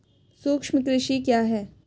सूक्ष्म कृषि क्या है?